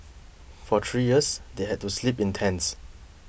for three years they had to sleep in tents